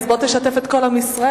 אז בוא תשתף את כל עם ישראל,